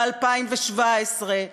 ב-2017,